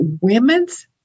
women's